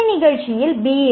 இசை நிகழ்ச்சியில் பி